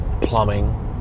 Plumbing